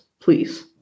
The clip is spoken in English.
Please